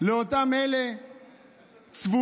באותם אלה צבועים